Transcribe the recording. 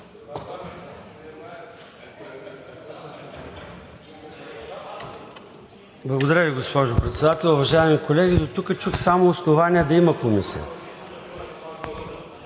Благодаря Ви, госпожо Председател. Уважаеми колеги! Дотук чух само основания да има комисия.